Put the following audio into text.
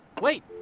Wait